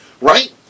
right